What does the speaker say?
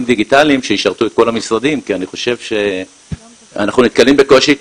דיגיטליים שישרתו את כל המשרדים כי אנחנו נתקלים בקושי.